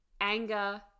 anger